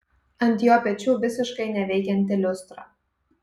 ant jo pečių visiškai neveikianti liustra